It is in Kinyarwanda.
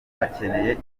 bakeneye